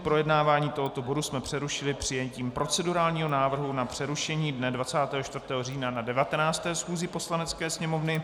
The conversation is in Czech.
Projednávání tohoto bodu jsme přerušili přijetím procedurálního návrhu na přerušení dne 24. října na 19. schůzi Poslanecké sněmovny.